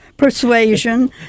Persuasion